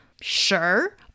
Sure